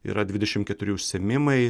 yra dvidešimt keturi užsiėmimai